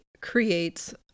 creates